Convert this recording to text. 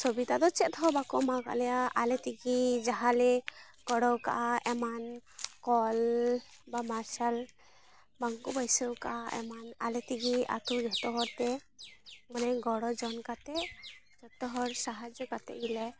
ᱥᱩᱵᱤᱛᱟᱫᱚ ᱪᱮᱫᱦᱚᱸ ᱵᱟᱠᱚ ᱮᱢᱟ ᱟᱠᱟᱫ ᱞᱮᱭᱟ ᱟᱞᱮ ᱛᱮᱜᱮ ᱡᱟᱦᱟᱸ ᱞᱮ ᱜᱚᱲᱚᱣᱠᱟᱜᱼᱟ ᱮᱢᱟᱱ ᱠᱚᱞ ᱵᱟ ᱢᱟᱨᱥᱟᱞ ᱵᱟᱝᱠᱚ ᱵᱟᱹᱭᱥᱟᱹᱣᱠᱟᱜᱼᱟ ᱮᱢᱟᱱ ᱟᱞᱮᱛᱮᱜᱮ ᱟᱛᱳ ᱡᱚᱛᱚ ᱦᱚᱲᱛᱮ ᱢᱟᱱᱮ ᱜᱚᱲᱚᱡᱚᱝ ᱠᱟᱛᱮ ᱡᱚᱛᱚᱦᱚᱲ ᱥᱟᱦᱟᱡᱽᱡᱚ ᱠᱟᱛᱮ ᱜᱮᱞᱮ